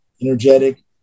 Energetic